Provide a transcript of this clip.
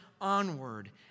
onward